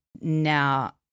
now